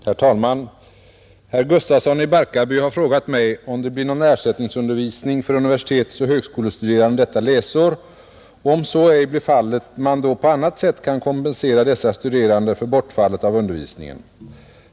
Herr talman! Herr Gustafsson i Barkarby har frågat mig om det blir någon ersättningsundervisning för universitetsoch högskolestuderande detta läsår och, om så ej blir fallet, man då på annat sätt kan kompensera dessa studerande för bortfallet av undervisningen.